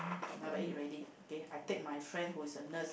never eat already okay I take my friend who's a nurse